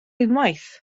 unwaith